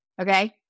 Okay